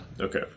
Okay